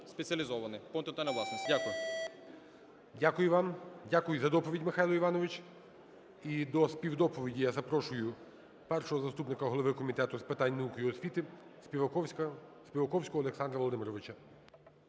Дякую. ГОЛОВУЮЧИЙ. Дякую вам. Дякую за доповідь, Михайло Іванович. І до співдоповіді я запрошую першого заступника голови Комітету з питань науки і освіти Співаковського Олександра Володимировича.